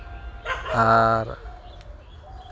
ᱟᱨ